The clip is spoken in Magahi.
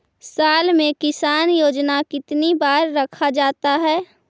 साल में किसान योजना कितनी बार रखा जाता है?